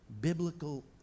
biblical